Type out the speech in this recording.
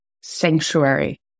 sanctuary